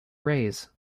rays